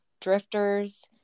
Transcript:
drifters